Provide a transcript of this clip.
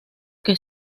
que